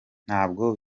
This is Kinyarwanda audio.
ntabwo